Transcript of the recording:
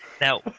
Now